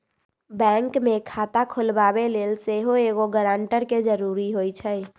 bank में खता खोलबाबे लेल सेहो एगो गरानटर के जरूरी होइ छै